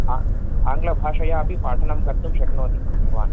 आ आङ्ग्लभाषया अपि पाठनं कर्तुं शक्नोति भवान्